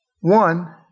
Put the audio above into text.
One